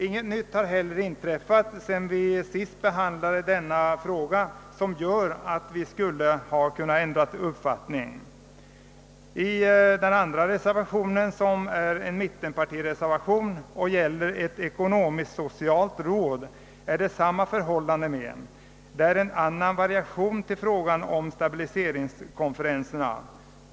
Inget nytt har heller inträffat sedan vi senast behandlade denna fråga, som skulle kunna föranleda oss att ändra uppfattning. Samma förhållande gäller beträffande reservationen 2 a, som är en mittenpartireservation, i vilken föreslås inrättandet av ett ekonomisk-socialt råd. Detta är en annan variation på den tanke som ligger bakom stabiliseringskonferenserna.